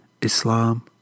Islam